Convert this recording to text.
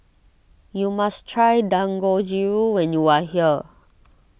you must try Dangojiru when you are here